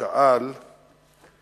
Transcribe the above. שאל את